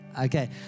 Okay